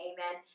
Amen